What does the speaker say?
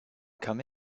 come